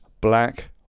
black